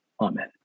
Amen